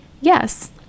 yes